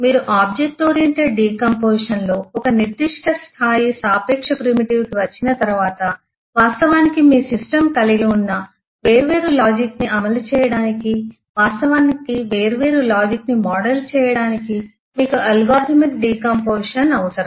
మీరు object oriented డికాంపొజిషన్లో ఒక నిర్దిష్ట స్థాయి సాపేక్ష ప్రిమిటివ్ కి వచ్చిన తరువాత వాస్తవానికి మీ సిస్టమ్ కలిగి ఉన్న వేర్వేరు లాజిక్ ని అమలు చేయడానికి వాస్తవానికి వేర్వేరు లాజిక్ ని మోడల్ చేయడానికి మీకు అల్గోరిథమిక్ డికాంపొజిషన్ అవసరం